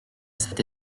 cette